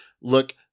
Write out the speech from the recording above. Look